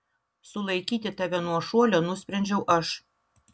sulaikyti tave nuo šuolio nusprendžiau aš